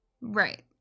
Right